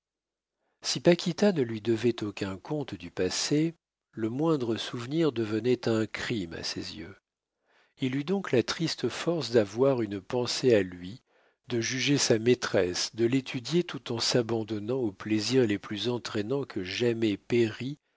si paquita ne lui devait aucun compte du passé le moindre souvenir devenait un crime à ses yeux il eut donc la triste force d'avoir une pensée à lui de juger sa maîtresse de l'étudier tout en s'abandonnant aux plaisirs les plus entraînants que jamais